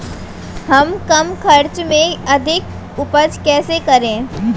हम कम खर्च में अधिक उपज कैसे करें?